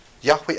Yahweh